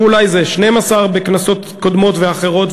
ואולי זה 12 בכנסות קודמות ואחרות,